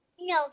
No